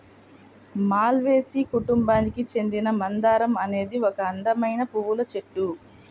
మాల్వేసి కుటుంబానికి చెందిన మందారం అనేది ఒక అందమైన పువ్వుల చెట్టు